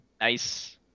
nice